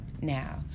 Now